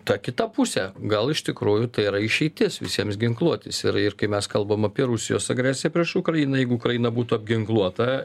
ta kita pusė gal iš tikrųjų tai yra išeitis visiems ginkluotis ir ir kai mes kalbam apie rusijos agresiją prieš ukrainą jeigu ukraina būtų apginkluota